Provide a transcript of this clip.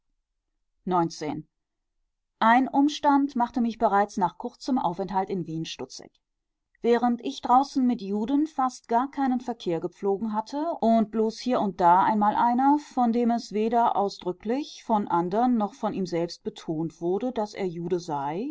ein umstand machte mich bereits nach kurzem aufenthalt in wien stutzig während ich draußen mit juden fast gar keinen verkehr gepflogen hatte und bloß hier und da einmal einer von dem es weder ausdrücklich von andern noch von ihm selbst betont wurde daß er jude sei